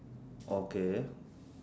okay